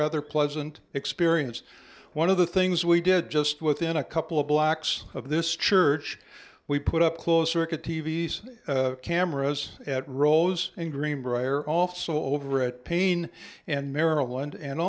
rather pleasant experience one of the things we did just within a couple of blocks of this church we put up close circuit t v s cameras at rows and greenbrier also over at paine and maryland and